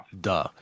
Duh